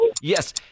Yes